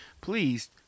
Please